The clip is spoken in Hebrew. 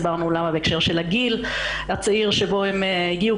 הסברנו למה בהקשר של הגיל הצעיר שבו הן הגיעו,